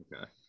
okay